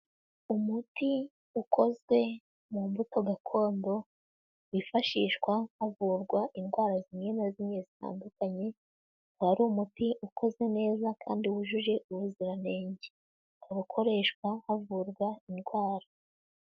Umuti ukozwe mu mbuto gakondo wifashishwa havurwa indwara zimwe na zimwe zitandukanye, uba ari umuti ukoze neza kandi wujuje ubuziranenge, uba ukoreshwa havurwa indwara.